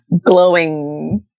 glowing